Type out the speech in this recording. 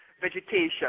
vegetation